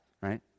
right